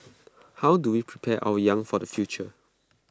how do we prepare our young for the future